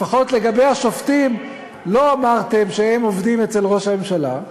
לפחות לגבי השופטים לא אמרתם שהם עובדים אצל ראש הממשלה.